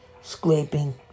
scraping